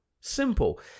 simple